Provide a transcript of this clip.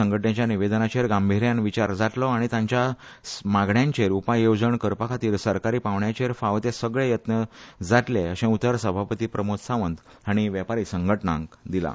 संघटणेच्या निवेदनाचेर गांभिर्यान विचार जातलो आनी तांच्या मागण्यांचेर उपाय येवजण काडपा खातीर सरकारी पांवड्यार फावो ते सगले यत्न जातले अशें उतर सभापती प्रमोद सावंत हीण वेपारी संघटणेक दिलें